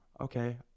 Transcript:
okay